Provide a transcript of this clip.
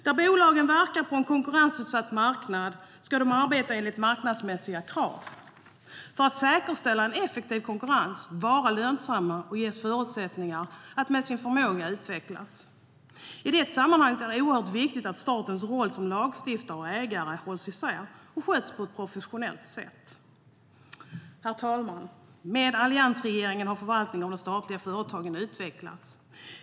Där bolagen verkar på en konkurrensutsatt marknad ska de arbeta enligt marknadsmässiga krav för att säkerställa en effektiv konkurrens, vara lönsamma och ges förutsättningar att med sin förmåga utvecklas. I det sammanhanget är det oerhört viktigt att statens roll som lagstiftare och ägare hålls isär och sköts på ett professionellt sätt. Herr talman! Med alliansregeringen har förvaltningen av de statliga företagen utvecklats.